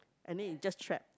and then you just trap